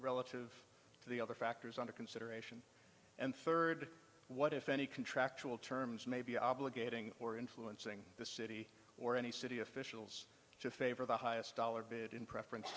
relative to the other factors under consideration and third what if any contractual terms may be obligating or influencing the city or any city officials to favor the highest dollar bid in preference